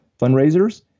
fundraisers